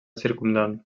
circumdant